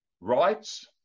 rights